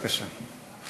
בבקשה.